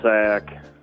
Sack